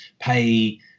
pay